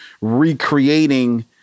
recreating